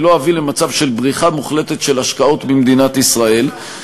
אני לא אביא למצב של בריחה מוחלטת של השקעות במדינת ישראל.